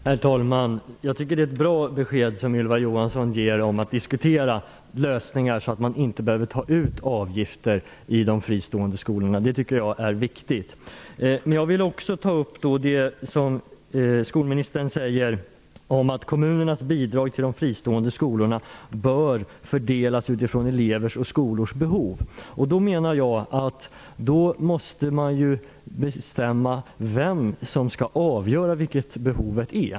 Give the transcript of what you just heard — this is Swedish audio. Herr talman! Jag tycker att det är ett bra besked som Ylva Johansson ger om att diskutera lösningar så att man inte behöver ta ut avgifter i de fristående skolorna. Det tycker jag är viktigt. Men jag vill också ta upp det som skolministern säger om att kommunernas bidrag till de fristående skolorna bör fördelas utifrån elevers och skolors behov. Då menar jag att man måste bestämma vem som skall avgöra vilket behovet är.